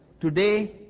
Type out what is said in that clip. today